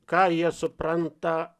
ką jie supranta